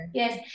yes